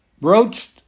broached